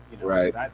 Right